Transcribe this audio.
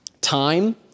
time